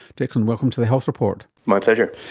declan, welcome to the health report. my pleasure.